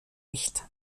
nicht